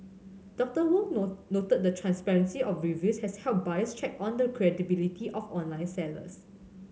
Dr Wong no noted the transparency of reviews has helped buyers check on the credibility of online sellers